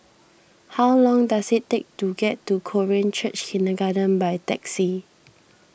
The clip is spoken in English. how long does it take to get to Korean Church Kindergarten by taxi